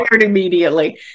immediately